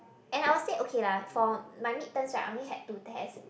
and I will say okay lah for my midterms right I only had two test